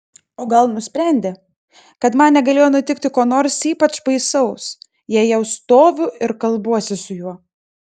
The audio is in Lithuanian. o gal nusprendė kad man negalėjo nutikti ko nors ypač baisaus jei jau stoviu ir kalbuosi su juo